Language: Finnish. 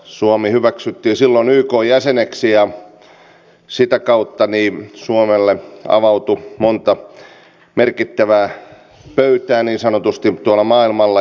suomi hyväksyttiin silloin ykn jäseneksi ja sitä kautta suomelle avautui monta merkittävää pöytää niin sanotusti maailmalla